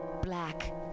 Black